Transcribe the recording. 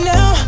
Now